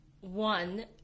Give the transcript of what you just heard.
One